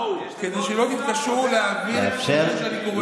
כדי שלא תתקשו להבין את הדברים שאני קורא.